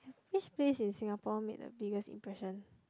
which place in Singapore made the biggest impression